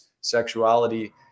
sexuality